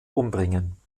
umbringen